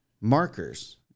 markers